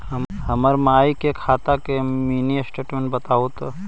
हमर माई के खाता के मीनी स्टेटमेंट बतहु तो?